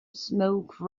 smoke